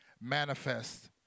manifest